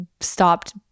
stopped